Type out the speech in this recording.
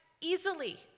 easily